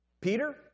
Peter